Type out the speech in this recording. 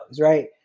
right